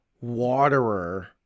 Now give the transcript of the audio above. waterer